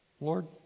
Lord